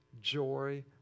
joy